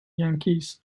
yankees